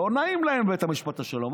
לא נעים להם בבית המשפט השלום,